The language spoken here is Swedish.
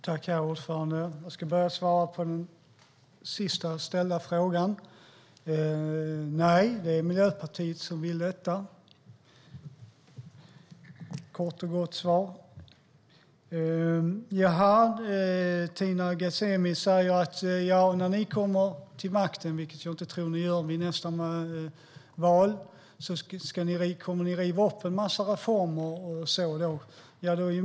Herr talman! Låt mig ge ett kort och koncist svar på den sist ställda frågan: Nej, det är Miljöpartiet som vill detta. Tina Ghasemi säger att när ni kommer till makten vid nästa val, vilket jag inte tror att ni gör, kommer ni att riva upp en massa reformer.